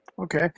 Okay